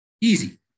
Easy